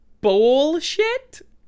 bullshit